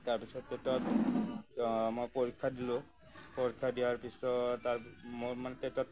তাৰপিছত তেতিয়া মই পৰীক্ষা দিলোঁ পৰীক্ষা দিয়াৰ পিছত তাৰ মোৰ মানে তেতিয়া